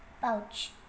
pouch